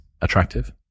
attractive